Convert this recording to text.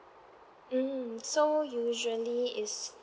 mm so usually it's